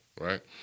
right